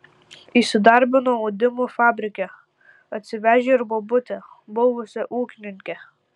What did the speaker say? įsidarbino audimo fabrike atsivežė ir bobutę buvusią ūkininkę